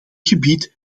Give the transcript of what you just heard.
gebied